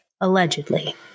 allegedly